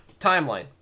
Timeline